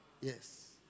Yes